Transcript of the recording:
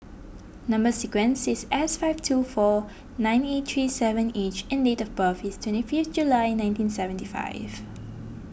Number Sequence is S five two four nine eight three seven H and date of birth is twenty fifth July nineteen seventy five